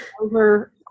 over